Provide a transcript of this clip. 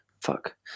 fuck